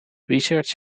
research